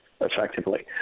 effectively